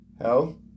Hell